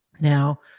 Now